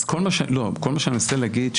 כל מה שאני מנסה להגיד,